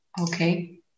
Okay